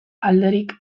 alderik